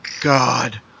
God